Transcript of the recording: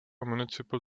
municipal